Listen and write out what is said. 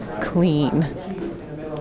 clean